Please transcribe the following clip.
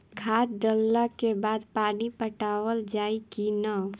खाद डलला के बाद पानी पाटावाल जाई कि न?